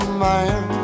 man